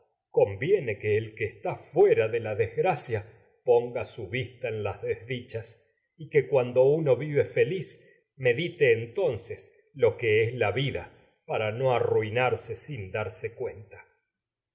conviene que el que está ííloctetes fuera de la desgracia uno ponga su vista en las desdichas lo que es y que cuando vive feliz medite entonces la vida para no arruinarse sin darse cuenta